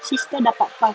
sister dapat bbang